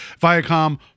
Viacom